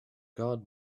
god